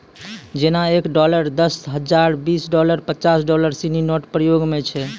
जेना एक डॉलर दस डॉलर बीस डॉलर पचास डॉलर सिनी नोट प्रयोग म छै